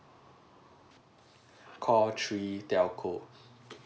call three telco